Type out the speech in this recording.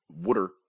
water